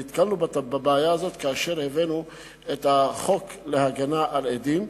נתקלנו בבעיה הזאת כאשר הבאנו את החוק להגנה על עדים.